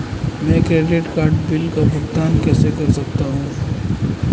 मैं credit card bill का भुगतान कैसे कर सकता हूं?